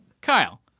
Kyle